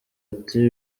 ati